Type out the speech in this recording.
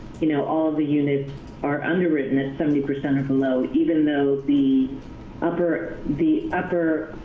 you know all the units are underwritten at seventy percent or below even though the upper the upper